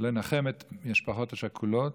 ננחם את המשפחות השכולות